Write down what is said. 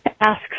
Ask